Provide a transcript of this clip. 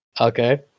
okay